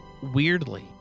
Weirdly